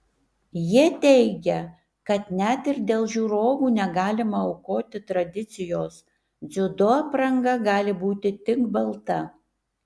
jie teigia kad net ir dėl žiūrovų negalima aukoti tradicijos dziudo apranga gali būti tik balta